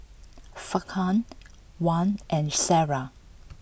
Farhan Wan and Sarah